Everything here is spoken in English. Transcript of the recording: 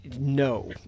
No